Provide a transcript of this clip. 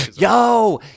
Yo